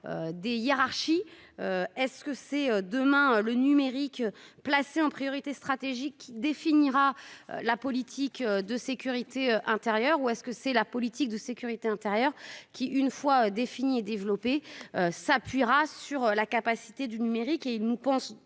des hiérarchies est-ce que c'est demain le numérique placé en priorité stratégique définira la politique de sécurité intérieure ou est-ce que c'est la politique de sécurité intérieure qui, une fois définis et développés s'appuiera sur la capacité du numérique